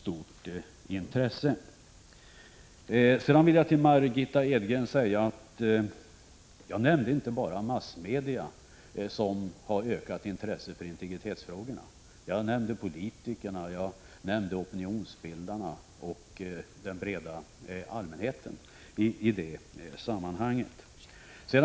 Till Margitta Edgren vill jag säga att jag inte nämnde bara massmedia såsom exempel på dem som har ett ökat intresse för integritetsfrågorna. Jag nämnde politiker, opinionsbildare och den breda allmänheten i det sammanhanget.